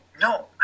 No